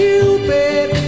Cupid